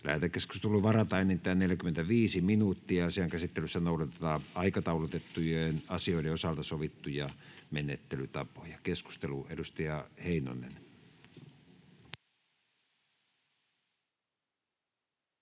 Lähetekeskusteluun varataan enintään 45 minuuttia. Asian käsittelyssä noudatetaan aikataulutettujen asioiden osalta sovittuja menettelytapoja. — Keskusteluun, edustaja Heinonen.